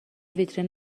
ویترین